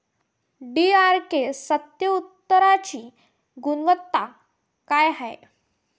DRK सत्यात्तरची गुनवत्ता काय हाय?